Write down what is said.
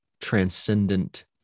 transcendent